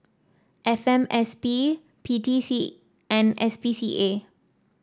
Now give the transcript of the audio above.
F M S P P T C and S P C A